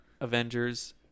Avengers